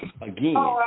again